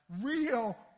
Real